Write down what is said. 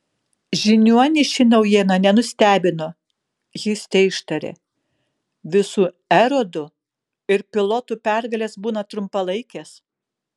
žiniuonį ši naujiena nenustebino jis teištarė visų erodų ir pilotų pergalės būna trumpalaikės